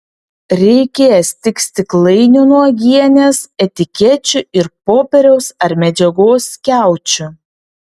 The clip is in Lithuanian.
reikės tik stiklainių nuo uogienės etikečių ir popieriaus ar medžiagos skiaučių